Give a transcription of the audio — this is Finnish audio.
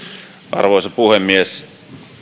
arvoisa puhemies